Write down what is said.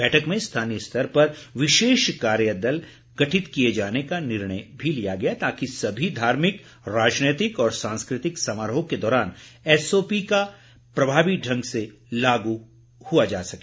बैठक में स्थानीय स्तर पर विशेष कार्य दल गठित किए जाने का निर्णय लिया गया ताकि सभी धार्मिक राजनीतिक और सांस्कृतिक समारोह के दौरान एसओपी को प्रभावी ढंग से लागू किया जा सके